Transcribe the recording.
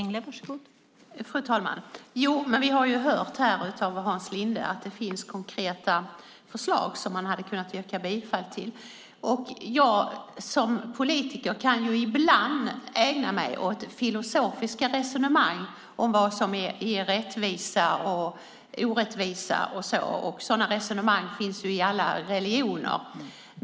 Fru talman! Jo, men vi har hört här av Hans Linde att det finns konkreta förslag som man hade kunnat yrka bifall till. Jag som politiker kan ibland ägna mig åt filosofiska resonemang om vad som är rättvisa och orättvisa - sådana resonemang finns ju i alla religioner.